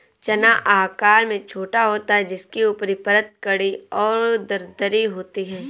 चना आकार में छोटा होता है जिसकी ऊपरी परत कड़ी और दरदरी होती है